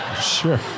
Sure